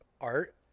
art